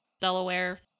Delaware